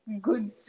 good